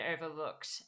overlooked